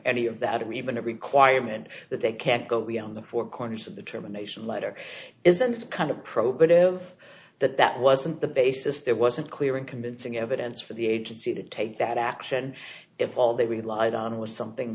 any of that and even a requirement that they can't go beyond the four corners of the termination letter isn't it kind of probative that that wasn't the basis there wasn't clear and convincing evidence for the agency to take that action if all they relied on was something